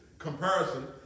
comparison